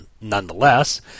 nonetheless